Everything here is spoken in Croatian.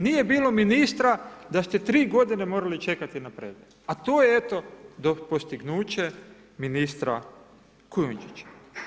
Nije bilo ministra da ste 3 godine morali čekati na pregled a to je eto postignuće ministra Kujundžića.